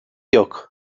yok